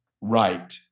right